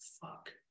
fuck